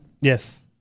Yes